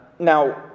Now